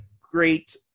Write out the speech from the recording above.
Great